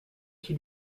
qui